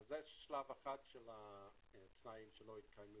זה שלב אחד של התנאי שלא התקיים.